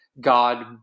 God